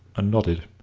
and nodded.